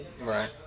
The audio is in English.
Right